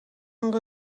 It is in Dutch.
een